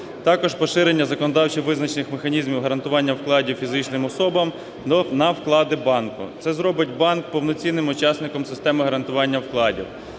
також поширення законодавчо визначених механізмів гарантування вкладів фізичним особам на вклади банку. Це зробить банк повноцінним учасником системи гарантування вкладів.